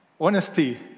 Honesty